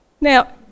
Now